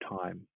time